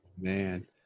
Man